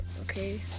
okay